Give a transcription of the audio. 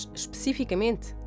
especificamente